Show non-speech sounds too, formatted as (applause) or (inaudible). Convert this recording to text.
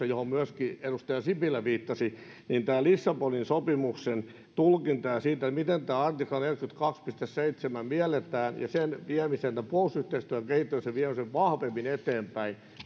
(unintelligible) johon myöskin edustaja sipilä viittasi tätä lissabonin sopimuksen tulkintaa ja sitä miten tämä artikla neljäänkymmeneenkahteen piste seitsemään mielletään ja puolustusyhteistyön kehittämisen viemisestä vahvemmin eteenpäin